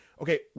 okay